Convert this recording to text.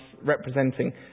representing